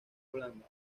blanda